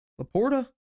LaPorta